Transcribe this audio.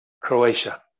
Croatia